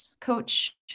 coach